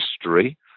history